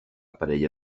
parella